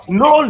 no